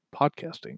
podcasting